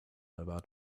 about